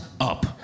up